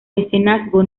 mecenazgo